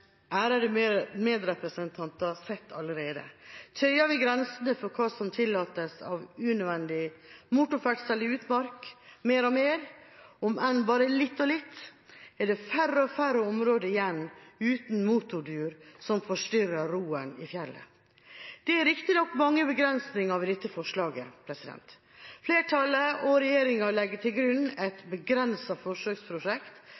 medrepresentanter sett allerede. Tøyer vi grensene for hva som tillates av unødvendig motorferdsel i utmark, mer og mer – om enn bare litt og litt – er det færre og færre områder igjen uten motordur som forstyrrer roen i fjellet. Det er riktignok mange begrensninger ved dette forslaget. Flertallet og regjeringa legger til grunn